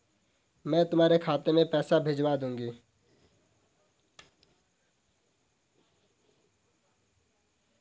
मैं तुम्हारे खाते में पैसे भिजवा दूँगी